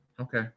okay